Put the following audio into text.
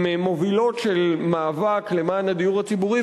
עם מובילות של מאבק למען הדיור הציבורי,